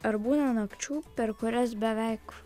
ar būna nakčių per kurias beveik